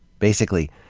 basically,